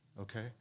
Okay